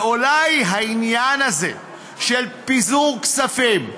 ואולי העניין הזה של פיזור כספים,